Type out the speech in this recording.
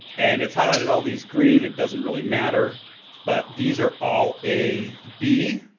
and it's highlighted all these green. it doesn't really matter but these are all a b.